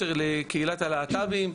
בקשר לקהילת הלהט"בים,